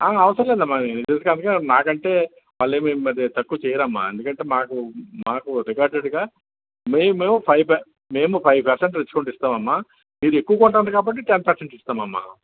ఆ అవసరం లేదు అమ్మా మాకంటే వాళ్ళు ఏమి మరి తక్కువ చేయరు అమ్మా ఎందుకంటే మాకు మాకు రికార్డెడ్గా మేము ఫైవ్ పె మేము ఫైవ్ పర్సెంట్ డిస్కౌంట్ ఇస్తాము అమ్మా మీరు ఎక్కువ కొంటున్నారు కాబట్టి టెన్ పర్సెంట్ ఇస్తాము అమ్మా